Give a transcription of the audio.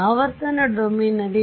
ಆವರ್ತನ ಡೊಮೇನ್ನಲ್ಲಿ